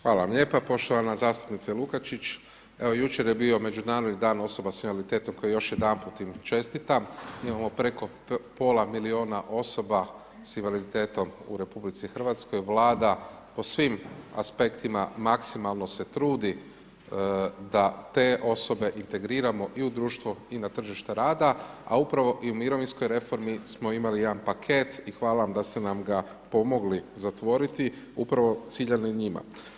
Hvala vam lijepa poštovana zastupnica Lukačić, evo jučer je bio međunarodni dan osoba s invaliditetom, koji još jedanput im čestitam, imamo preko pola milijuna osoba s invaliditetom u RH, Vlada po svim aspektima, maksimalno se trudi da te osobe integriramo i u društvu i na tražaste rada, a upravo i u mirovinskoj reformi smo imali jedan paket i hvala vam da ste nam pomogli zatvoriti upravo ciljano njima.